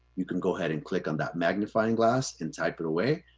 you can go ahead and click on that magnifying glass, and type it away.